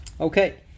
okay